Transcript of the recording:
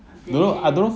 then